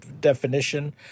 definition